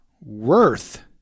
worth